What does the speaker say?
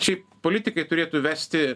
šiaip politikai turėtų vesti